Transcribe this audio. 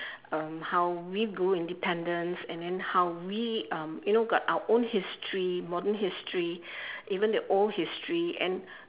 um how we grew independence and then how we um you know got our own history modern history even the old history and